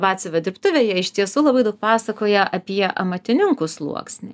batsiuvio dirbtuvėje iš tiesų labai daug pasakoja apie amatininkų sluoksnį